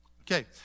Okay